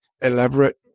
elaborate